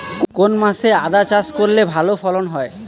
কোন মাসে আদা চাষ করলে ভালো ফলন হয়?